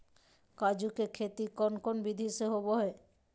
काजू के खेती कौन कौन विधि से होबो हय?